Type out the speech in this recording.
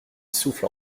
souffle